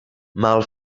mal